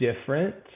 different